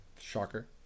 Shocker